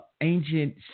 ancient